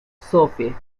sophie